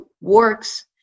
works